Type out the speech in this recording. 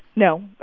no